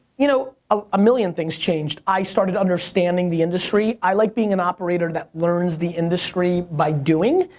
you know, a million things changed. i started understanding the industry, i like being an operator that learns the industry by doing,